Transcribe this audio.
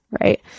Right